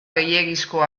gehiegizko